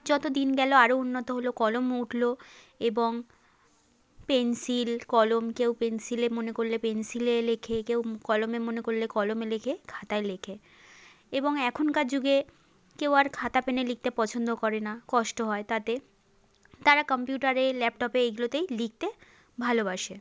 যত দিন গেলো আরও উন্নত হলো কলম উঠলো এবং পেন্সিল কলম কেউ পেন্সিলে মনে করলে পেন্সিলে লেখে কেউ কলমে মনে করলে কলমে লেখে খাতায় লেখে এবং এখনকার যুগে কেউ আর খাতা পেনে লিখতে পছন্দ করে না কষ্ট হয় তাতে তারা কাম্পিউটারে ল্যাপটপে এগুলোতেই লিখতে ভালোবাসে